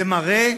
זה מראה